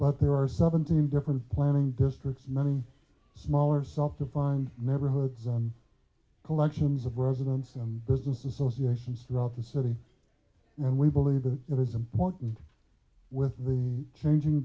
but there are seventeen different planning districts many smaller self to find never hoods and collections of residents and business associations throughout the city and we believe that it is important with the changing